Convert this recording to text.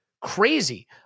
crazy